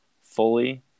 fully